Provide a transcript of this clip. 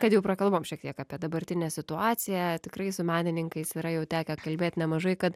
kad jau prakalbom šiek tiek apie dabartinę situaciją tikrai su menininkais yra jau tekę kalbėt nemažai kad